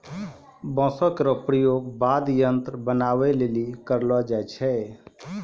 बांसो केरो प्रयोग वाद्य यंत्र बनाबए लेलि करलो जाय छै